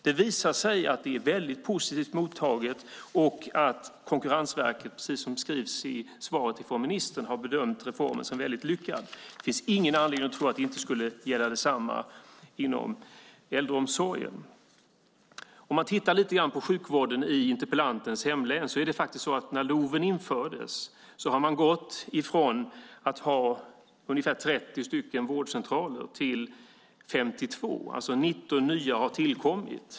Det visar sig att det är väldigt positivt mottaget och att Konkurrensverket, precis som det skrivs i svaret från ministern, har bedömt reformen som väldigt lyckad. Det finns ingen anledning att tro att det inte skulle gälla det samma inom äldreomsorgen. När det gäller sjukvården i interpellantens hemlän har man gått från ungefär 30 vårdcentraler till 52 från det att LOV infördes - 19 nya har alltså tillkommit.